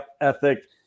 ethic